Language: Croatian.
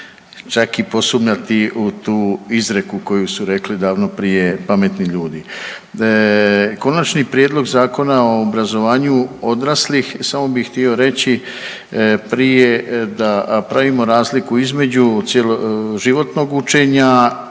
čak i posumnjati u tu izreku koju su rekli davno prije pametni ljudi. Konačni prijedlog Zakona o obrazovanju odraslih samo bih htio reći prije da pravimo razliku između cjeloživotnog učenja